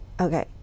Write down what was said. okay